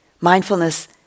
Mindfulness